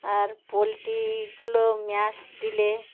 আর পোলট্রিগুলো মেয়াস দিলে